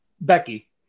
Becky